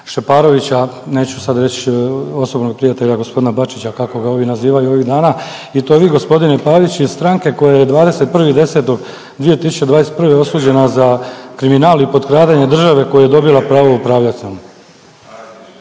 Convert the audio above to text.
Šeparovića, neću sad reć osobnog prijatelja g. Bačića kako ga ovih nazivaju ovih dana, i to vi g. Pavić iz stranke koja je 21.10.2021. osuđena za kriminal i potkradanje države koju je dobila upravljat